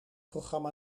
programma